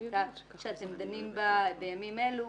בחקיקה שאתם דנים בה בימים אלה,